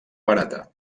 barata